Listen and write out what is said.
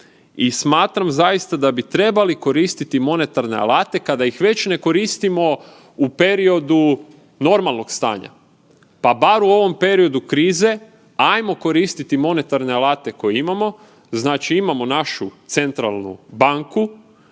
smatram zaista da bi trebali koristiti monetarne alate kada ih već ne koristimo u periodu normalnog stanja, pa bar u ovom periodu krize ajmo koristiti monetarne alate koje imamo. Znači imamo našu centralnu banku,